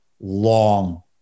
long